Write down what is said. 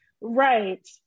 right